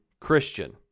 Christian